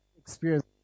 experience